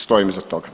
Stojim iza toga.